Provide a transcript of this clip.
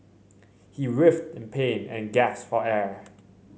he writhed in pain and gasped for air